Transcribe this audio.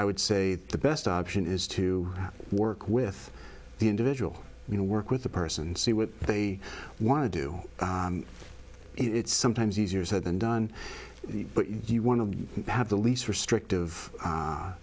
i would say the best option is to work with the individual you know work with the person see what they want to do it's sometimes easier said than done but you want to have the least restrictive